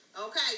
okay